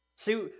See